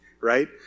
right